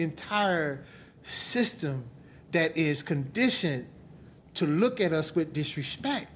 entire system that is conditioned to look at us with disrespect